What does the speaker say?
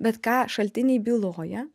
bet ką šaltiniai byloja